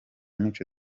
mico